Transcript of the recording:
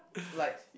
like